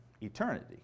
eternity